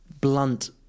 blunt